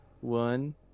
one